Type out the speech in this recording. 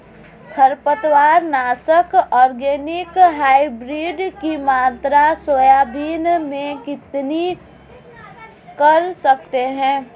खरपतवार नाशक organic hybrid की मात्रा सोयाबीन में कितनी कर सकते हैं?